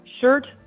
Shirt